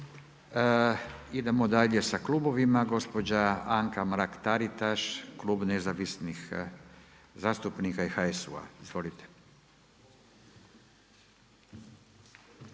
Idemo dalje sa klubovima. Gospođa Anka Mrak-Taritaš, Klub nezavisnih zastupnika i HSU-a. Izvolite.